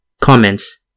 Comments